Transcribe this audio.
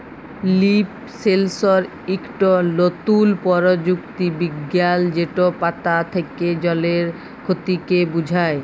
leaf সেলসর ইকট লতুল পরযুক্তি বিজ্ঞাল যেট পাতা থ্যাকে জলের খতিকে বুঝায়